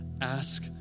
Ask